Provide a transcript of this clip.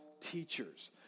teachers